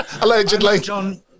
Allegedly